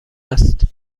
است